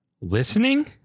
listening